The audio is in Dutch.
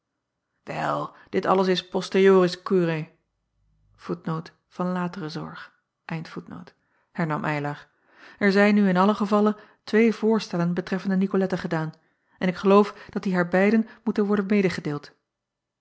dit alles is posterioris curae hernam ylar er zijn nu in allen gevalle twee voorstellen betreffende icolette gedaan en ik geloof dat die haar beiden moeten worden